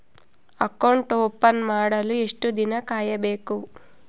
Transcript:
Account open ಮಾಡಲು ಎಷ್ಟು ದಿನ ಕಾಯಬೇಕು?